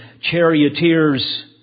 charioteers